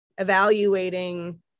evaluating